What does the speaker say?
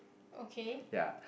okay